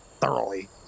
Thoroughly